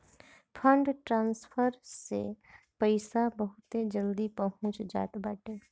fund transfer से पईसा बहुते जल्दी पहुंच जात बाटे